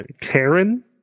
Karen